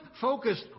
focused